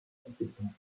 compétents